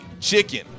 chicken